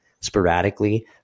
sporadically